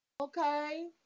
Okay